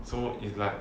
so is like